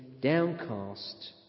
downcast